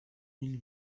mille